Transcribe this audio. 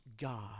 God